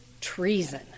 treason